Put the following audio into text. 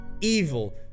evil